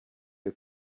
les